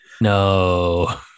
no